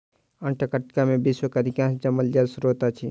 Antarctica में विश्व के अधिकांश जमल जल स्त्रोत अछि